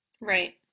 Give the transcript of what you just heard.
Right